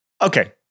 Okay